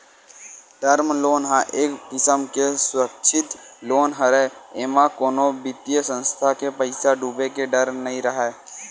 term loan ह एक किसम के सुरक्छित लोन हरय एमा कोनो बित्तीय संस्था के पइसा डूबे के डर नइ राहय